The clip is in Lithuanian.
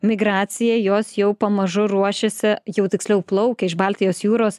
migracija jos jau pamažu ruošiasi jau tiksliau plaukia iš baltijos jūros